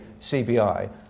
CBI